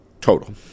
total